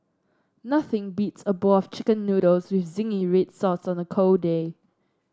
nothing beats a bowl of chicken noodles with zingy red sauce on a cold day